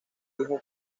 hijo